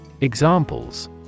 Examples